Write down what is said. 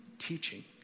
teaching